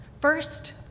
First